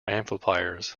amplifiers